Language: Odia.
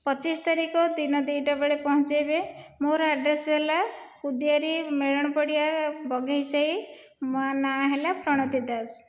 ପଚିଶ ତାରିଖ ଦିନ ଦୁଇଟା ବେଳେ ପହଞ୍ଚାଇବେ ମୋର ଆଡ୍ରେସ୍ ହେଲା ଉଦିଆରି ମେଳଣ ପଡ଼ିଆ ବଘେଇସାହି ନାଁ ହେଲା ପ୍ରଣତି ଦାସ